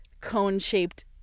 cone-shaped